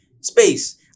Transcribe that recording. space